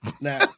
Now